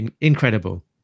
Incredible